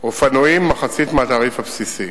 אופנועים, מחצית מהתעריף הבסיסי.